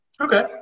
Okay